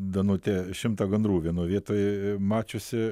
danutė šimtą gandrų vienoj vietoj mačiusi